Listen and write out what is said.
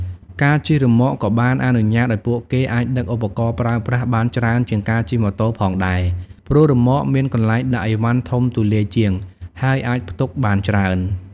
ការជិះរ៉ឺម៉កក៏បានអនុញ្ញាតឱ្យពួកគេអាចដឹកឧបករណ៍ប្រើប្រាស់បានច្រើនជាងការជិះម៉ូតូផងដែរ ព្រោះរ៉ឺម៉កមានកន្លែងដាក់ឥវ៉ាន់ធំទូលាយជាង ហើយអាចផ្ទុកបានច្រើន។